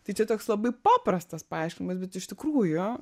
tai čia toks labai paprastas paaiškinimas bet iš tikrųjų